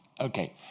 Okay